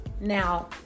Now